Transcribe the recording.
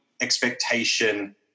expectation